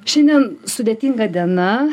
šiandien sudėtinga diena